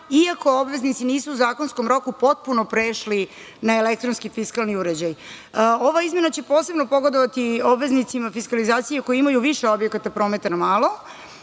iako obveznici nisu u zakonskom roku potpuno prešli na elektronski fiskalni uređaj. Ova izmena će posebno pogodovati obveznicima fiskalizacije koji imaju više objekata prometa na malo